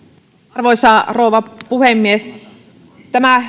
arvoisa rouva puhemies tämä